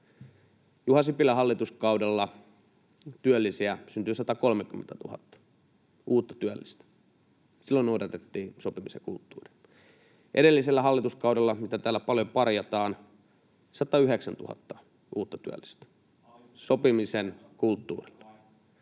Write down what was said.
Juha Sipilän hallituskaudella syntyi 130 000 uutta työllistä, silloin noudatettiin sopimisen kulttuuria. Edellisellä hallituskaudella, mitä täällä paljon parjataan, syntyi 109 000 uutta työllistä, [Miko Bergbom: